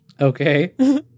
Okay